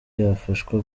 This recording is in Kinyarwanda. yafashwa